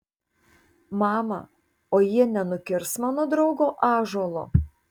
mama o jie nenukirs mano draugo ąžuolo